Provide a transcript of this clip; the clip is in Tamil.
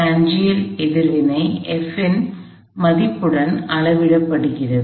டான்ஜென்ஷியல் எதிர்வினை F இன் மதிப்புடன் அளவிடப்படுகிறது